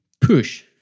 push